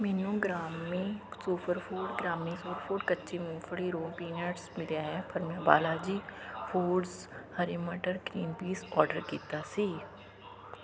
ਮੈਨੂੰ ਗ੍ਰਾਮੀ ਸੁਪਰਫੂਡ ਗ੍ਰਾਮੀ ਸੂਪਰਫੂਡ ਕੱਚੀ ਮੂੰਗਫਲੀ ਰੂਅ ਪੀਨਟਸ ਮਿਲਿਆ ਹੈ ਪਰ ਮੈਂ ਬਾਲਾਜੀ ਫੂਡਜ਼ ਹਰੇ ਮਟਰ ਗ੍ਰੀਨ ਪੀਸ ਔਰਡਰ ਕੀਤਾ ਸੀ